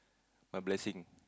my blessing